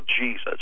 Jesus